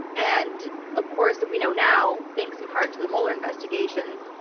and, of course and we know now, thanks in part to the mueller investigation,